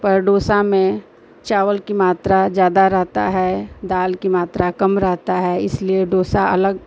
पर डोसा में चावल की मात्रा ज़्यादा रहती है दाल की मात्रा कम रहती है इसलिए डोसा अलग